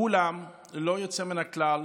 לכולם, ללא יוצא מהכלל,